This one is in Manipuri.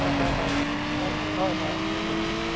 ꯍꯣꯏ ꯍꯣꯏ ꯍꯣꯏ ꯑꯗꯨꯃꯥꯏ ꯍꯣꯏ ꯍꯣꯏ ꯑꯗꯨꯃꯥꯏ ꯇꯧꯁꯦ